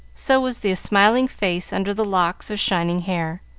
so was the smiling face under the locks of shining hair.